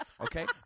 okay